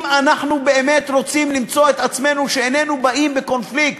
אם אנחנו באמת רוצים למצוא את עצמנו שאיננו באים בקונפליקט,